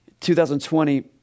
2020